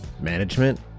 management